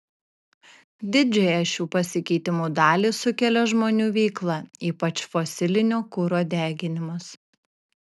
didžiąją šių pasikeitimų dalį sukelia žmonių veikla ypač fosilinio kuro deginimas